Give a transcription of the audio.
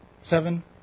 Seven